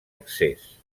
accés